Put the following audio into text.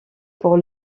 pour